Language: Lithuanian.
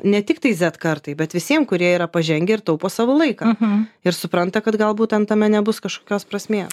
ne tik tai zet kartai bet visiem kurie yra pažengę ir taupo savo laiką ir supranta kad galbūt ten tame nebus kažkokios prasmės